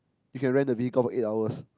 you can read the vehicle for eight hours